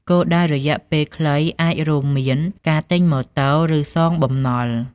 គោលដៅរយៈពេលខ្លីអាចរួមមានការទិញម៉ូតូ ឬសងបំណុល។